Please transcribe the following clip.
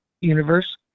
universe